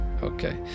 okay